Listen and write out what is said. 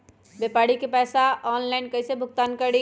व्यापारी के पैसा ऑनलाइन कईसे भुगतान करी?